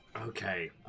Okay